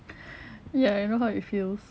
ya I know how it feels